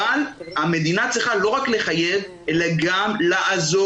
אבל המדינה צריכה לא רק לחייב אלא גם לעזור,